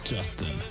Justin